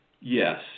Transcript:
yes